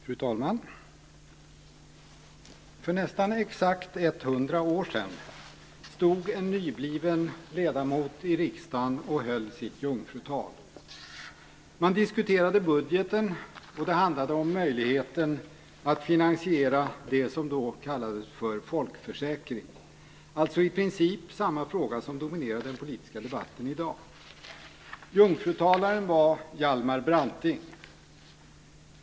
Fru talman! För nästan exakt 100 år sedan stod en nybliven ledamot i riksdagen och höll sitt jungfrutal. Man diskuterade budgeten, och det handlade om möjligheten att finansiera det som då kallades för folkförsäkring, alltså i princip samma fråga som dominerar den politiska debatten i dag. Jungfrutalaren var Hjalmar Branting.